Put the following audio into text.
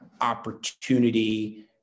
opportunity